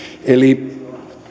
eli